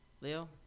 Leo